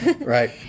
Right